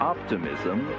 Optimism